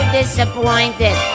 disappointed